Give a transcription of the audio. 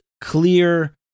clear